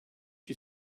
you